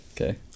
Okay